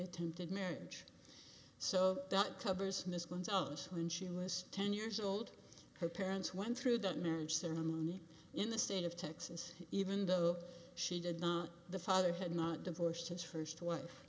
attempted marriage so that covers miss gonzalez when she was ten years old her parents went through that marriage ceremony in the state of texas even though she did not the father had not divorced his first wife